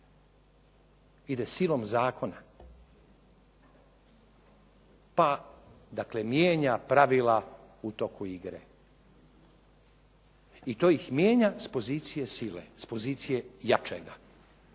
ide silom zakona. Pa dakle, mijenja pravila u toku igre. I to ih mijenja s pozicije sile, s pozicije jačega.